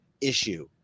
issue